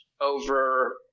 over